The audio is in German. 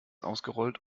ausgerollt